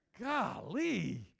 Golly